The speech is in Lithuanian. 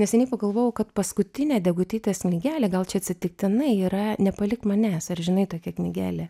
neseniai pagalvojau kad paskutinė degutytės knygelė gal čia atsitiktinai yra nepalik manęs ar žinai tokią knygelę